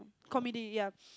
comedy ya